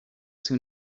soon